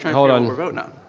hold on we're voting on.